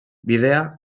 bidea